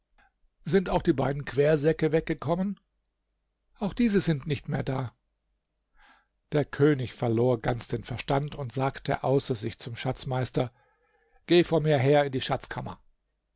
sind auch die beiden quersäcke weggekommen auch diese sind nicht mehr da der könig verlor ganz den verstand und sagte außer sich zum schatzmeister geh vor mir her in die schatzkammer